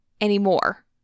anymore